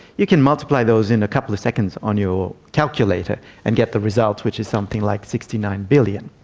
you can multiply those in a couple of seconds on your calculator and get the results, which is something like sixty nine billion.